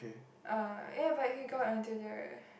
uh ya but he got onto the